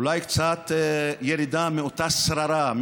אולי קצת ירידה מאותה שררה,